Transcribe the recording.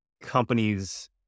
companies